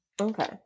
okay